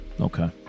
Okay